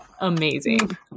Amazing